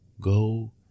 Go